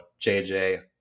JJ